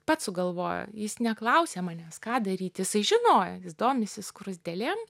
pats sugalvojo jis neklausė manęs ką daryti jisai žinojo jis domisi skruzdėlėm